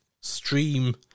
stream